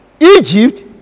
Egypt